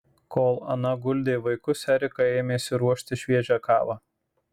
kol ana guldė vaikus erika ėmėsi ruošti šviežią kavą